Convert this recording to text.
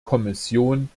kommission